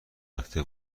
هفته